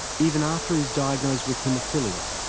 even after he is diagnosed with haemophilia,